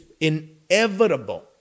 inevitable